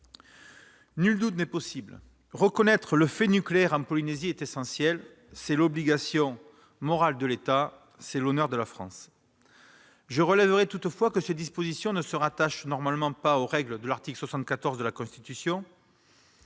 il est essentiel de reconnaître le fait nucléaire en Polynésie. C'est l'obligation morale de l'État, et c'est l'honneur de la France ! Je relève toutefois que ces dispositions ne se rattachent normalement pas aux règles qui, selon l'article 74 de la Constitution,